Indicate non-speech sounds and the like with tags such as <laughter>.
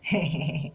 <laughs>